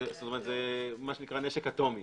זה נשק אטומי.